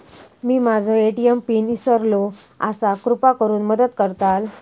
मी माझो ATM PIN इसरलो आसा कृपा करुन मदत करताल